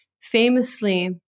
famously